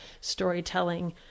storytelling